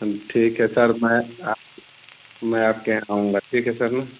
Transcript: ठीक है सर मैं आपके मैं आपके यहाँ आऊँगा ठीक है सर ना